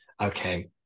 okay